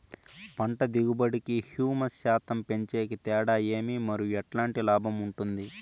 పంట దిగుబడి కి, హ్యూమస్ శాతం పెంచేకి తేడా ఏమి? మరియు ఎట్లాంటి లాభం ఉంటుంది?